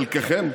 חלקכם,